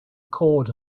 cord